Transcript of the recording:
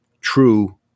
true